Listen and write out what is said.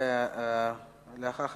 ואחריו